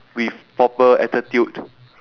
with proper attitude